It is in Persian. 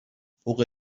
فوق